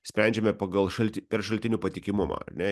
sprendžiame pagal šalti per šaltinių patikimumą ar ne